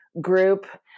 group